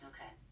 Okay